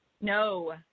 No